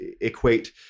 equate